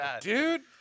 Dude